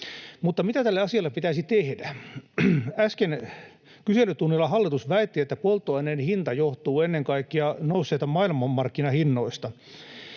Mutta mitä tälle asialle pitäisi tehdä? Äsken kyselytunnilla hallitus väitti, että polttoaineen hinta johtuu ennen kaikkea nousseista maailmanmarkkinahinnoista.